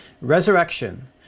Resurrection